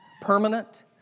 permanent